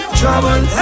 trouble